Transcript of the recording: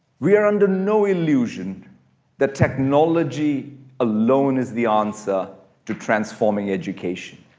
we are under no illusion that technology alone is the answer to transforming education.